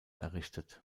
errichtet